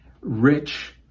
rich